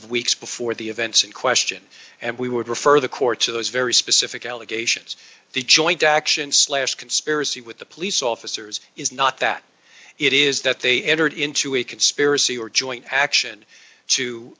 of weeks before the events in question and we would refer the court to those very specific allegations the joint action slash conspiracy with the police officers is not that it is that they entered into a conspiracy or joint action